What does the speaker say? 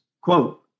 Quote